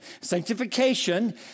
Sanctification